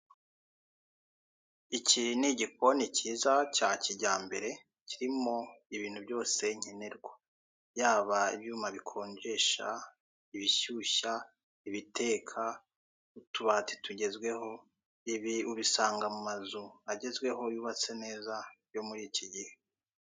Iki ni igikoni cyiza cya kijyambere kirimo ibintu byose nkenerwa, yaba ibyuma bikonjesha, ibishyushya, ibiteka, utubati tugezweho, ibi ubisanga mu mazu agezweho yubatse neza yo muri iki gihe.